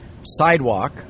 sidewalk